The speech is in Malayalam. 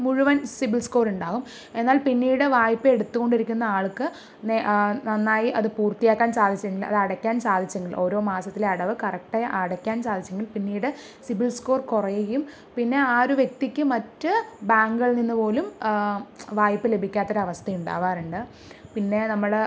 മുഴുവൻ സിബിൽ സ്കോർ ഉണ്ടാകും എന്നാൽ പിന്നീട് വായ്പ എടുത്തു കൊണ്ടിരിക്കുന്ന ആൾക്ക് നന്നായി അത് പൂർത്തിയാക്കാൻ സാധിച്ചില്ലെങ്കിൽ അത് അടയ്ക്കാൻ സാധിച്ചില്ലെങ്കിൽ ഓരോ മാസത്തിലും അടവ് കറക്റ്റായി അടക്കാൻ സാധിച്ചില്ലെങ്കിൽ പിന്നീട് സിബിൽ സ്കോർ കുറയുകയും പിന്നെ ആ ഒരു വ്യക്തിക്ക് മറ്റ് ബാങ്കുകളിൽ നിന്ന് പോലും വായ്പ ലഭിക്കാത്ത ഒരു അവസ്ഥയുണ്ടാവാറുണ്ട് പിന്നെ നമ്മൾ